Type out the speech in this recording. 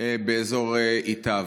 באזור ייט"ב.